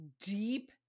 deep